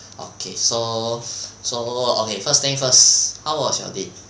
okay so so okay first thing first how was your day